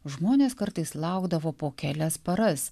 žmonės kartais laukdavo po kelias paras